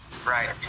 Right